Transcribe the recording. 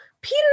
peter